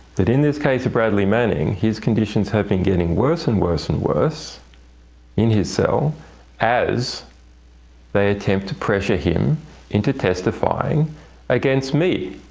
that in this case of bradley manning, his conditions have been getting worse and worse and worse in his cell as they attempt to pressure him into testifying against me.